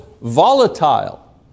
volatile